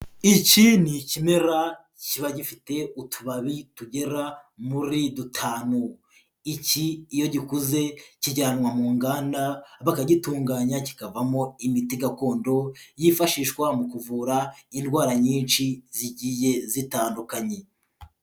Iki ni ikimera kiba gifite utubabi tugera muri dutanu, iki iyo gikuze kijyanwa mu nganda bakagitunganya kikavamo imiti gakondo yifashishwa mu kuvura indwara nyinshi zigiye zitandukanye.